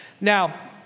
Now